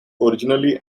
originally